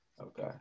Okay